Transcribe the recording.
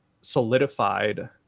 solidified